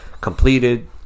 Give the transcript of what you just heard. completed